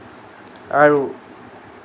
আৰু